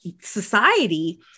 society